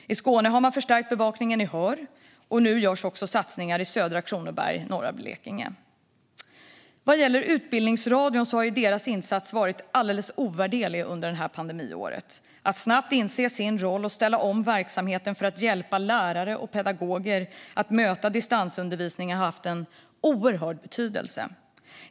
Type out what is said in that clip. I Skåne har man förstärkt bevakningen i Höör. Nu görs också satsningar i södra Kronoberg och norra Blekinge. Utbildningsradions insats har varit ovärderlig under detta pandemiår. Att man snabbt insåg sin roll och ställde om verksamheten för att hjälpa lärare och pedagoger att möta distansundervisningen har haft en oerhörd betydelse.